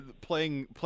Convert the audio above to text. playing